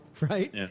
right